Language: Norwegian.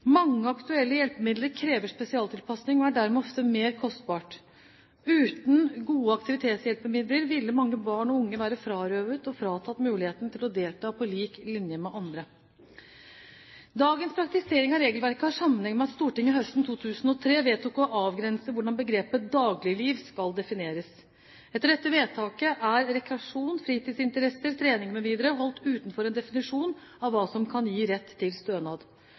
Mange aktuelle hjelpemidler krever spesialtilpasning og er dermed ofte mer kostbart. Uten gode aktivitetshjelpemidler ville mange barn og unge vært frarøvet, og fratatt, muligheten til å delta på lik linje med andre. Dagens praktisering av regelverket har sammenheng med at Stortinget høsten 2003 vedtok å avgrense hvordan begrepet «dagligliv» skal defineres. Etter dette vedtaket er rekreasjon, fritidsinteresser, trening mv. holdt utenfor en definisjon av hva som kan gi rett til stønad.